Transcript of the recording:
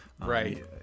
Right